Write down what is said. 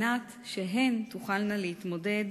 כדי שהן תוכלנה להתמודד